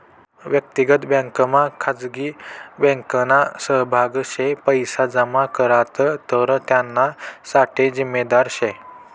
वयक्तिक बँकमा खाजगी बँकना सहभाग शे पैसा जमा करात तर त्याना साठे जिम्मेदार शे